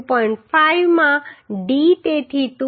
5 માં d તેથી 2